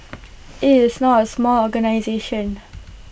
IT is not A small organisation